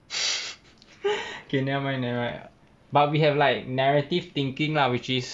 okay never mind never mind but we have like narrative thinking lah which is